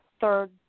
third